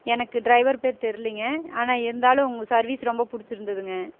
எனக்கு டிரைவர் பேர் தெரியலிங்க ஆனால் இருந்தாலும் உங்கள் சர்வீஸ் ரொம்ப பிடுச்சிருந்துதுங்க